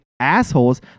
Assholes